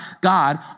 God